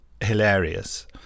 hilarious